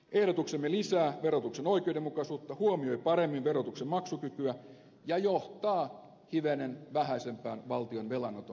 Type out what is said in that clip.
ehdotuksemme lisää verotuksen oikeudenmukaisuutta huomioi paremmin verotuksen maksukykyä ja johtaa hivenen vähäisempään valtion velanoton tarpeeseen